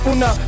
Una